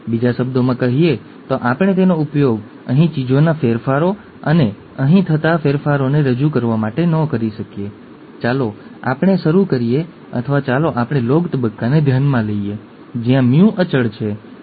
તેથી જો પાત્ર આંખનો રંગ હોય તો વાદળી આંખનો રંગ અને કથ્થઈ આંખનો રંગ એ બે લક્ષણો છે અથવા ઘણા તે ચોક્કસ પાત્રના ઘણા લક્ષણોમાંથી બે છે